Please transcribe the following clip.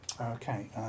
Okay